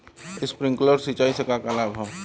Sprinkler सिंचाई से का का लाभ ह?